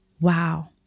wow